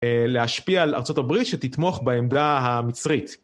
להשפיע על ארצות הברית שתתמוך בעמדה המצרית.